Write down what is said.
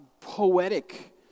poetic